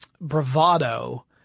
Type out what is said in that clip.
bravado